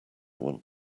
want